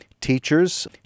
teachers